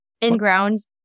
in-grounds